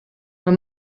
mae